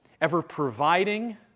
ever-providing